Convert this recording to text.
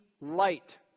light